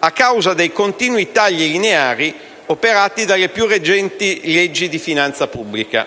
a causa dei continui tagli lineari operati dalle più recenti leggi di finanza pubblica.